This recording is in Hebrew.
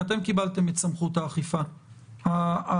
אתם קיבלתם את סמכות האכיפה המתוכללת.